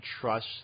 trust